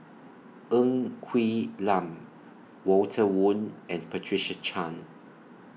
Ng Quee Lam Walter Woon and Patricia Chan